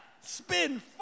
Spin